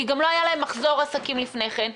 כי לא היה להם מחזור עסקים לפני כן,